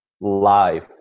life